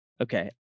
Okay